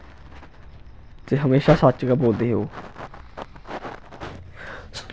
ते हमेशां सच्च गै बोलदे हे ओह्